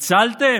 הצלתם?